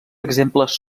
exemples